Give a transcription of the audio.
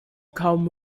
come